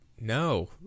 No